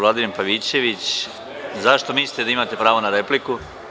Gospodine Pavićević, zašto mislite da imate pravo na repliku?